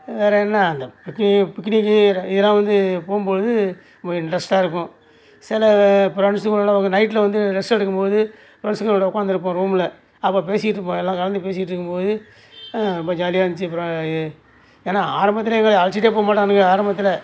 வேறு என்ன அந்த பிக்கு பிக்கினிக்கு ர இதெலாம் வந்து போகும்பொழுது ஒரு இன்ட்ரெஸ்ட்டாக இருக்கும் சில ஃப்ரெண்ட்ஸுங்களோடு நைட்டில் வந்து ரெஸ்ட் எடுக்கும்போது ஃப்ரெண்ட்ஸுங்களோடு உட்க்கார்ந்துருப்போம் ரூமில் அப்போது பேசிட்டிருப்போம் எல்லாம் கலந்து பேசிட்டிருக்கும்பொழுது ரொம்ப ஜாலியாக இருந்துச்சு அப்புறம் ஏ ஏன்னால் ஆரம்பத்தில் எங்களை அழச்சுட்டே போக மாட்டானுங்க ஆரம்பத்தில்